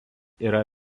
yra